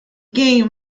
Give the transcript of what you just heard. game